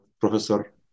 Professor